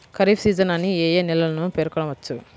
Kharif season అని ఏ ఏ నెలలను పేర్కొనవచ్చు?